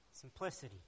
Simplicity